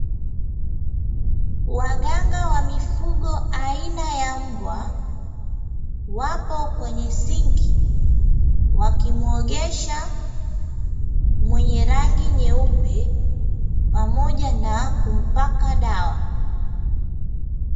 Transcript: Waganga wa mifugo aina ya mbwa, wapo kwenye sinki, wakimwogesha mwenye rangi nyeupe pamoja na kumpaka dawa.